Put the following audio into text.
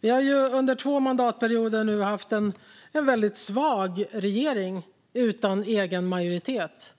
Vi har ju under två mandatperioder haft en väldigt svag regering utan egen majoritet.